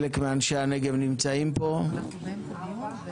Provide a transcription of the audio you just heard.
כבנים לעולים החדשים בנגב אנחנו באים ממקום של עוצמה וגאווה.